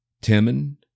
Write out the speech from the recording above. Timon